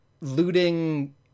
looting